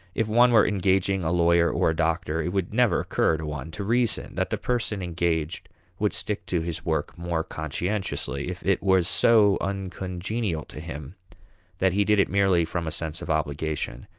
if one were engaging a lawyer or a doctor, it would never occur to one to reason that the person engaged would stick to his work more conscientiously if it was so uncongenial to him that he did it merely from a sense of obligation.